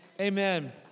Amen